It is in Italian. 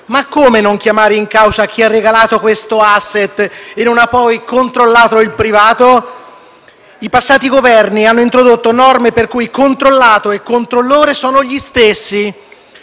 ma come non chiamare in causa chi ha regalato questo asset e non ha poi controllato il privato? I passati Governi hanno introdotto norme per cui controllato e controllore sono gli stessi.